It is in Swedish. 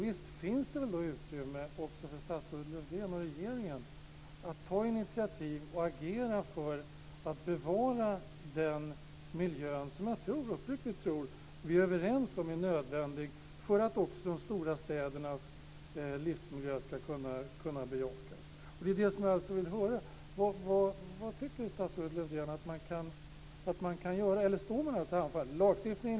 Visst finns det väl utrymme också för statsrådet Lövdén och regeringen att ta initiativ och agera för att bevara den miljö som jag uppriktigt tror att vi är överens om är nödvändig för att också de stora städernas livsmiljö ska kunna bejakas. Eller står man handfallen?